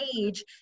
age